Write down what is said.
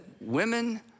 women